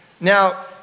Now